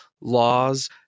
laws